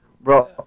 Bro